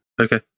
okay